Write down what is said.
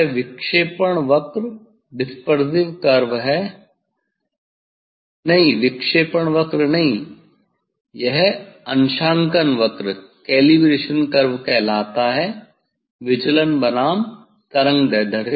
यह विक्षेपण वक्र है नहीं विक्षेपण वक्र नहीं है यह अंशांकन वक्र कहलाता है विचलन बनाम तरंगदैर्ध्य